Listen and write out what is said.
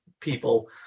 people